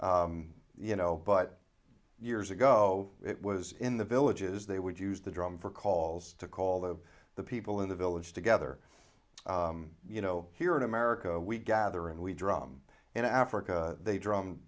phone you know but years ago it was in the villages they would use the drum for calls to call them the people in the village together you know here in america we gather and we drum in africa they drum